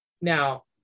now